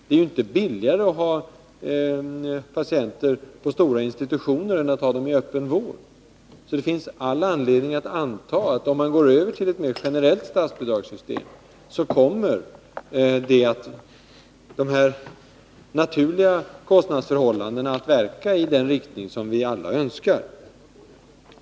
Det är inte billigare att ha patienter på stora institutioner än att ha dem i öppen vård. Det finns all anledning att anta att om man går över till ett mer generellt statsbidragssystem kommer kostnadsförhållandena att verka i den riktning som vi alla önskar.